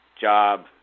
job